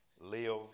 Live